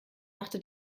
machte